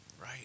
Right